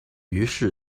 于是